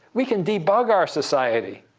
we can debug our society.